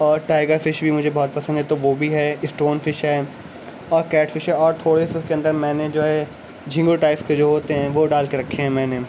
اور tiger fish بھی مجھے بہت پسند ہے تو وہ بھی ہے اسٹون فش ہے اور کیٹ فش ہے اور تھوڑے سے اس کے اندر میں نے جو ہے جھینگا ٹائپ کے جو ہوتے ہیں وہ ڈال کے رکھے ہیں میں نے